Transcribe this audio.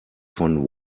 von